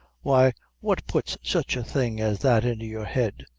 why, what puts such a thing as that into your head'?